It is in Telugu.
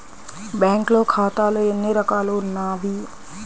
బ్యాంక్లో ఖాతాలు ఎన్ని రకాలు ఉన్నావి?